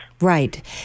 Right